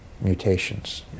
mutations